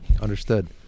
Understood